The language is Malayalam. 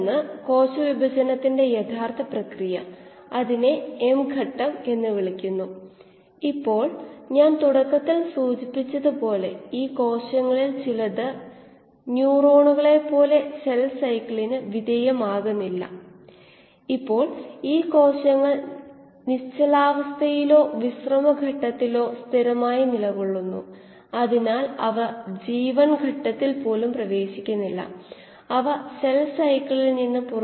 Dm ലെ കോശത്തിനൻറെ ഗാഢതയെ കുറിച്ച് നമുക്ക് നോക്കാം കോശത്തിനൻറെ സെൽ പ്രൊഡക്റ്റിവിറ്റി പരമാവധി ആയിരിക്കുമ്പോൾ ലഭിച്ച കോശത്തിനൻറെ ഗാഢത xm ആണെങ്കിൽ സമവാക്യത്തിൽ പ്രസക്തമായ വേരിയബിളുകൾ ഉപയോഗിച്ചാൽ നമുക്ക് xm ന് ഒരു സമവാക്യം ലഭിക്കും